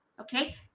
Okay